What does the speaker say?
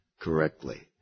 correctly